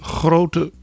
grote